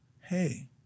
Hey